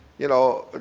you know,